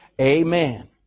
Amen